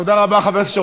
תודה רבה לך.